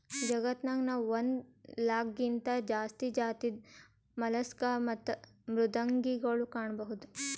ಜಗತ್ತನಾಗ್ ನಾವ್ ಒಂದ್ ಲಾಕ್ಗಿಂತಾ ಜಾಸ್ತಿ ಜಾತಿದ್ ಮಲಸ್ಕ್ ಅಥವಾ ಮೃದ್ವಂಗಿಗೊಳ್ ಕಾಣಬಹುದ್